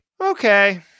okay